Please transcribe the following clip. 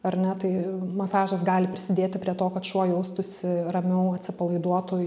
ar ne tai masažas gali prisidėti prie to kad šuo jaustųsi ramiau atsipalaiduotų